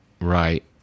right